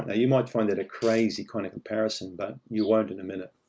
ah you might find that a crazy kind of comparison, but you won't in a minute.